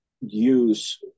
use